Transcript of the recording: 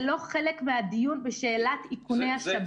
זה לא חלק מהדיון בשאלת איכוני השב"כ.